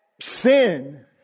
sin